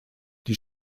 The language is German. die